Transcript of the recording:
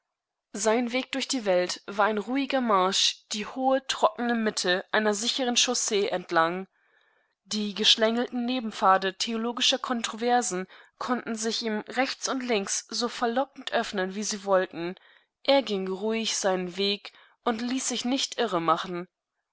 sein weg durch die welt war ein ruhiger marsch die hohe trockene mitte einer sichern chaussee entlang die geschlängelten nebenpfade theologischerkontroversenkonntesichihmrechtsundlinkssoverlockendöffnenwie sie wollten er ging ruhig seinen weg und ließ sich nicht irre machen